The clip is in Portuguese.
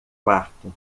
quarto